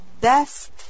best